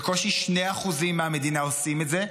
בקושי 2% מהמדינה עושים את זה,